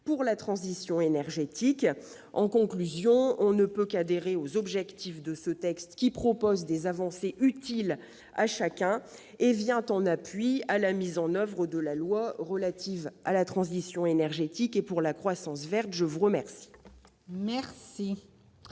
pour la transition énergétique. Pour conclure, nous ne pouvons qu'adhérer aux objectifs de ce texte, qui propose des avancées utiles à chacun et vient appuyer la mise en oeuvre de la loi relative à la transition énergétique et pour la croissance verte. La parole